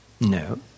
no